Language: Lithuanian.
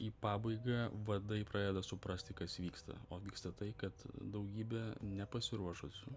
į pabaigą vadai pradeda suprasti kas vyksta o vyksta tai kad daugybė nepasiruošusių